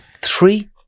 three